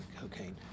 cocaine